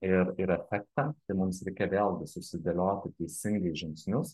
ir ir efektą tai mums reikia vėlgi susidėlioti teisingai žingsnius